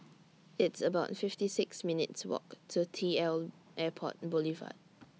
It's about fifty six minutes' Walk to T L Airport Boulevard